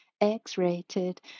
X-rated